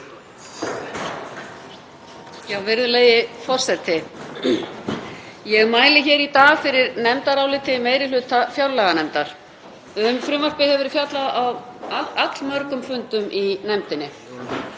Virðulegi forseti. Ég mæli hér í dag fyrir nefndaráliti meiri hluta fjárlaganefndar. Um frumvarpið hefur verið fjallað á allmörgum fundum í nefndinni